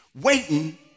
Waiting